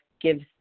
gives